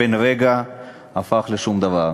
בן-רגע הפכו לשום דבר.